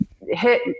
hit